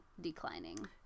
declining